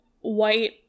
white